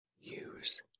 Use